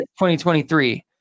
2023